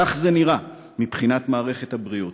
כך זה נראה מבחינת מערכת הבריאות.